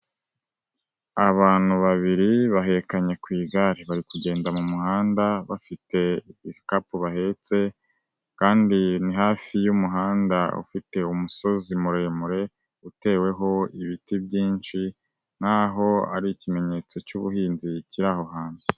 Abantu babiri bahekanye ku igare, bari kugenda mu muhanda, bafite ibikapu bahetse kandi ni hafi y'umuhanda ufite umusozi muremure, uteweho ibiti byinshi nkaho ari ikimenyetso cy'ubuhinzi kiri aho hantu.